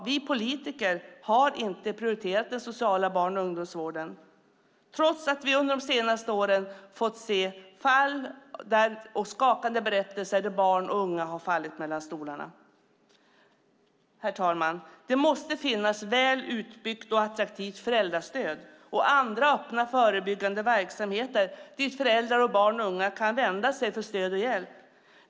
Vi politiker har inte prioriterat den sociala barn och ungdomsvården trots att vi under de senaste åren fått se fall och tagit del av skakande berättelser av hur barn och unga fallit mellan stolarna. Herr talman! Det måste finnas ett väl utbyggt och attraktivt föräldrastöd och andra öppna, förebyggande verksamheter dit föräldrar, barn och unga kan vända sig för stöd och hjälp.